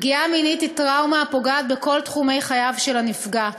פגיעה מינית היא טראומה הפוגעת בכל תחומי חייו של הנפגע.